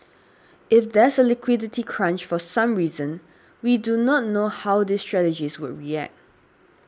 if there's a liquidity crunch for some reason we do not know how these strategies would react